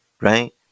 right